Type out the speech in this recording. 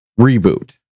reboot